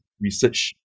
research